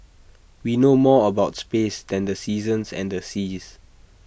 we know more about space than the seasons and the seas